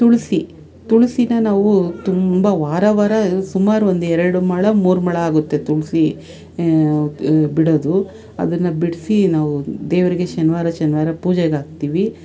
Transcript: ತುಳಸಿ ತುಳಸಿನ ನಾವು ತುಂಬ ವಾರ ವಾರ ಸುಮಾರು ಒಂದು ಎರ್ಡು ಮೊಳ ಮೂರು ಮೊಳ ಆಗುತ್ತೆ ತುಳಸಿ ಬಿಡೊದು ಅದನ್ನು ಬಿಡಿಸಿ ನಾವು ದೇವ್ರಿಗೆ ಶನಿವಾರ ಶನಿವಾರ ಪೂಜೆಗೆ ಹಾಕ್ತೀವಿ